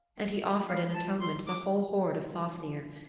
and he offered in atonement the whole hoard of fafnir.